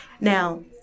Now